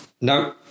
No